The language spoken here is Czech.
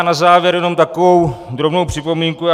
Na závěr jenom takovou drobnou připomínku.